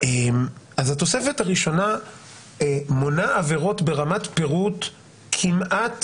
התוספת הראשונה מונה עבירות ברמת פירוט כמעט